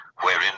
wherein